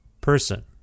person